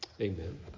Amen